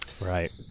Right